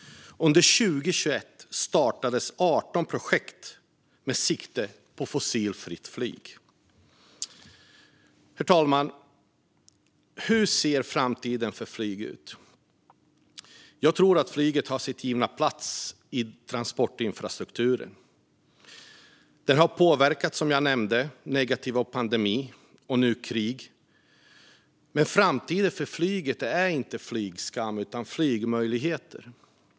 Under 2021 startades 18 projekt med sikte på fossilfritt flyg. Herr talman! Hur ser framtiden ut för flyg? Jag tror att flyget har sin givna plats i transportinfrastrukturen. Det har, som jag nämnde, påverkats negativt av pandemin och nu av krig, men framtiden för flyget är inte flygskam utan flygmöjligheter.